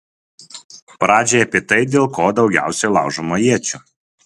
pradžiai apie tai dėl ko daugiausiai laužoma iečių